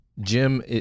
Jim